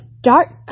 dark